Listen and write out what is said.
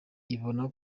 ibona